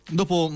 dopo